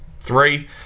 three